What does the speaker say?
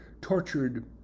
tortured